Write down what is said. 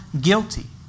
guilty